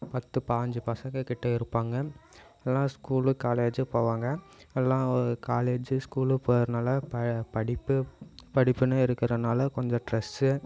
பத்து பாஞ்சு பசங்க கிட்ட இருப்பாங்க எல்லாம் ஸ்கூலு காலேஜ்ஜி போவாங்க எல்லாம் காலேஜ்ஜி ஸ்கூலு போயிறனால ப படிப்பு படிப்புன்னு இருக்கிறனால கொஞ்சம் ஸ்ட்ரெஸ்ஸு